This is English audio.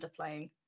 underplaying